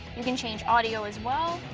you can change audio as well.